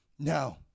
No